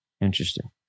Interesting